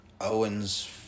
Owen's